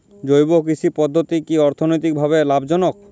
জৈব কৃষি পদ্ধতি কি অর্থনৈতিকভাবে লাভজনক?